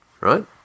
right